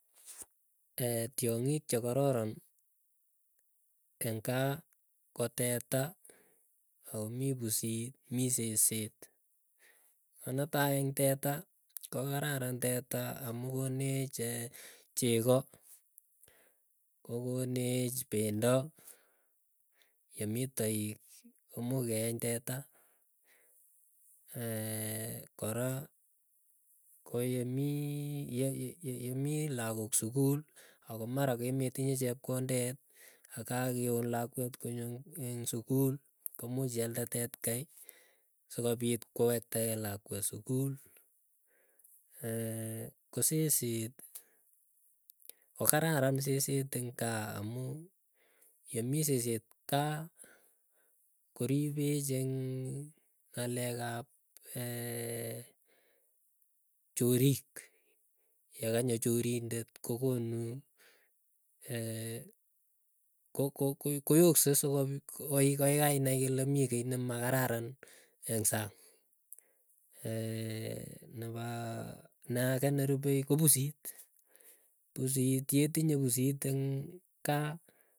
tiang'ik che kororon, eng kaa ko teta, akomii pusit mii seset ako netai eng teta ko kararan teta amuu konech ee, chegoo. Kokonech pendo, yemii toik komu keeny teta, kora koyemii, ye ye yemii lagook sukul ako mara kemetinye chepkondet, akakeon lakwet konyo eng sukul komuuch ialde teet kai, sokopiit kowektakei lakwet sukul. ko seset, ko kararan seset ing gaa amuu yemii seset kaa, koripech eng ng'alek ap chorik yakanyo chorindet kokonu ko ko koyokse sokoi kainai ile mii kiiy nemakararan eng sang. nepa naake nerupei ko pusit pusit yetinye pusiit eng kaa,